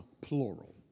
plural